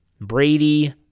Brady